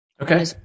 Okay